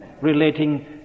relating